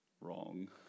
Wrong